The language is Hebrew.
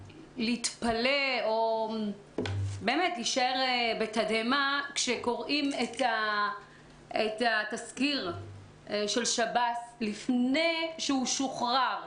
להתפלא או להישאר בתדהמה כשקוראים את התזכיר של שב"ס לפני שהוא שוחרר,